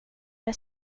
jag